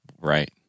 Right